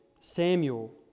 Samuel